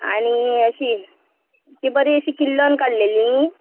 आनी अशी ती बरी अशी किल्लन काडलेली